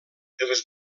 els